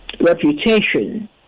reputation